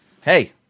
Hey